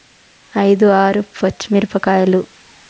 ఐదు ఆరు పచ్చిమిరపకాయలు